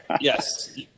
Yes